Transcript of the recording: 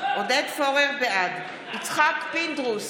בעד יצחק פינדרוס,